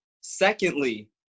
Secondly